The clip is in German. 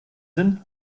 sind